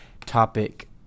topic